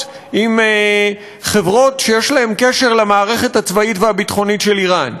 עם חברות שיש להן קשר עם המערכת הצבאית והביטחונית של איראן,